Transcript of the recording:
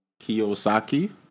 Kiyosaki